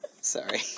Sorry